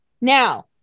now